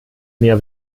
mehr